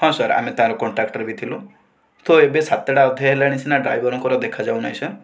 ହଁ ସାର୍ ଆମେ ତା'ର କନଟ୍ଯାକ୍ଟରେ ବି ଥିଲୁ ତ ଏବେ ସାତଟା ଅଧେ ହେଲାଣି ସିନା ଡ୍ରାଇଭରଙ୍କର ଦେଖାଯାଉ ନାହିଁ ସାର୍